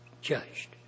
judged